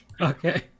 Okay